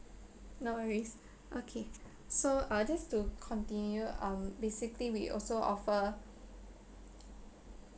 no worries okay so uh just to continue um basically we also offer